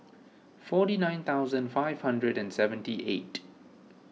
forty nine thousand five hundred and seventy eight